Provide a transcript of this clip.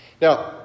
Now